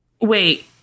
wait